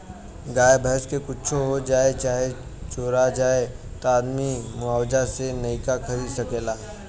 गाय भैंस क कुच्छो हो जाए चाहे चोरा जाए त आदमी मुआवजा से नइका खरीद सकेला